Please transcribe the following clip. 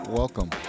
Welcome